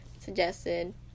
suggested